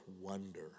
wonder